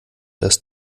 das